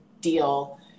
deal